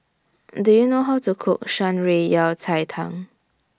Do YOU know How to Cook Shan Rui Yao Cai Tang